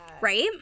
right